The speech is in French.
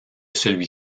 celui